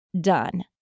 done